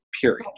period